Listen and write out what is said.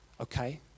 Okay